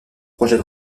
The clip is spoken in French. projets